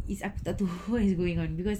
is aku tak tahu what is going on because